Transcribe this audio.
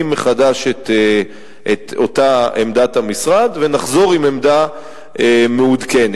מחדש את עמדת המשרד ונחזור עם עמדה מעודכנת.